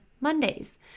Mondays